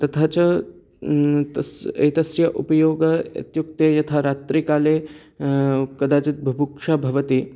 तथा च तस् एतस्य उपयोगः इत्युक्ते यथा रात्रिकाले कदाचित् बुभुक्षा भवति